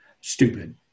stupid